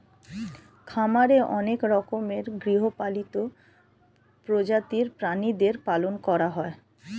খামারে অনেক রকমের গৃহপালিত প্রজাতির প্রাণীদের পালন করা হয়